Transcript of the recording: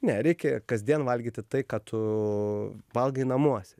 ne reikia kasdien valgyti tai ką tu valgai namuose